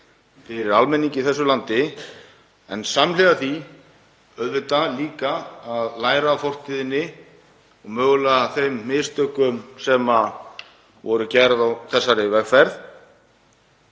fyrir almenning í landinu. Samhliða því þarf auðvitað líka að læra af fortíðinni og mögulega þeim mistökum sem voru gerð á þessari vegferð.